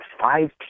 five